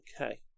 Okay